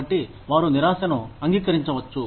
కాబట్టి వారు నిరాశను అంగీకరించవచ్చు